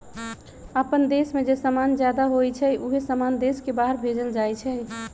अप्पन देश में जे समान जादा होई छई उहे समान देश के बाहर भेजल जाई छई